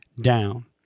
down